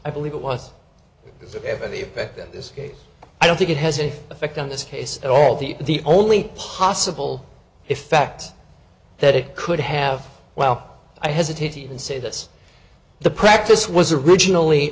i believe it was that this case i don't think it has any effect on this case at all the only possible effect that it could have well i hesitate to even say this the practice was originally